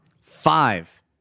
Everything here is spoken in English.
Five